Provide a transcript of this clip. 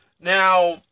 Now